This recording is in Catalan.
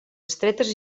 estretes